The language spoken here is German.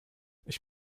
ich